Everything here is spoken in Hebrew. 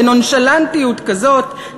בנונשלנטיות כזאת,